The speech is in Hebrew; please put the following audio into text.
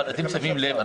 יהיו חמש הצבעות.